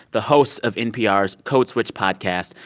the hosts of npr's code switch podcast,